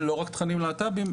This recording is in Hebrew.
לא רק תכנים להט"ביי,